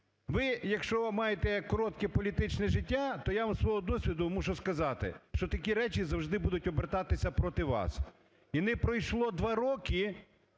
Ви, якщо ви маєте коротке політичне життя, то я вам зі свого досвіду мушу сказати, що такі речі завжди будуть обертатися проти вас. І не пройшло два роки,